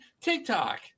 TikTok